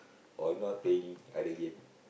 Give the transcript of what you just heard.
or not paying other game